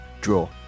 Draw